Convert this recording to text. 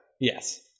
Yes